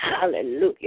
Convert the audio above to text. hallelujah